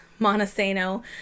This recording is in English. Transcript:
Montesano